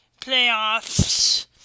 playoffs